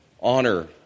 honor